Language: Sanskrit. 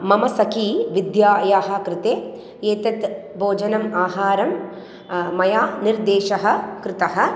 मम सख्या विद्यायाः कृते एतत् भोजनम् आहारं मया निर्देशः कृतः